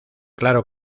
claro